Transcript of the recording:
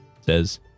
says